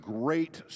great